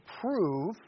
prove